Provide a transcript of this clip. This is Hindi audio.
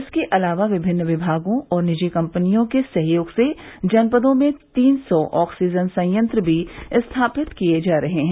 इसके अलावा विभिन्न विभागों और निजी कम्पनियों के सहयोग से जनपदों में तीन सौ ऑक्सीजन संयंत्र भी स्थापित किये जा रहे हैं